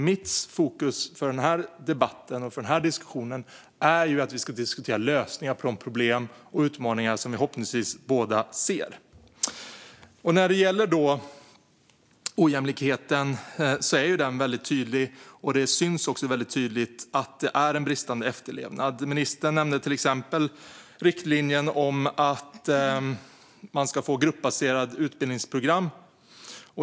Mitt fokus för denna debatt är att vi ska diskutera lösningar på de problem och utmaningar vi förhoppningsvis båda ser. När det gäller ojämlikheten är det tydligt att efterlevnaden brister. Ministern nämnde till exempel riktlinjen om gruppbaserat utbildningsprogram.